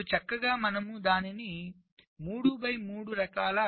ఇప్పుడు చక్కగా మనము దానిని 3 బై 3 రకాల లేఅవుట్లోకి అమర్చుతున్నాము